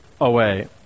away